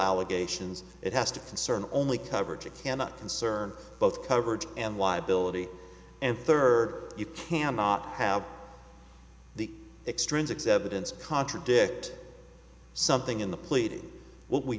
allegations it has to concern only coverage it cannot concern both coverage and liability and third you cannot have the extrinsic sevenths contradict something in the pleading w